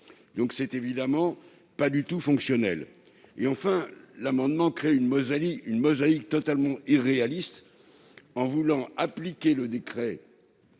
Ce n'est évidemment pas du tout fonctionnel. Enfin, cette rédaction crée une mosaïque totalement irréaliste en entendant appliquer le décret